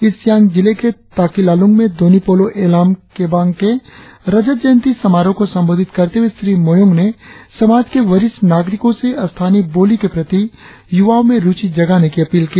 east Siang जिला के ताकिलालुंग में दोन्यी पोलो येलाम केबांग के के रजत जयंती समारोह को संबोधित करते हुए श्री मोयोंग ने समाज के वरिष्ठ नागरिकों से स्थानीय बोली के प्रति युवाओं में रुचि जगाने की अपील की